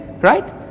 right